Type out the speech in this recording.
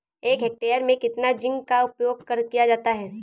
एक हेक्टेयर में कितना जिंक का उपयोग किया जाता है?